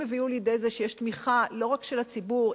הם הביאו לידי זה שיש תמיכה לא רק של הציבור,